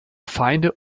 feinde